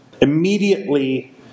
immediately